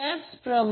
8 60KW होते